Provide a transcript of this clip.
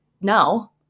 no